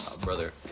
Brother